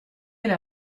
elle